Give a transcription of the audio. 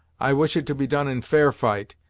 i wish it to be done in fair fight,